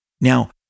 Now